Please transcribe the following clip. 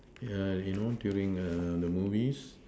you know during the movies